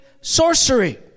sorcery